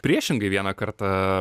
priešingai vieną kartą